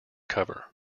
cover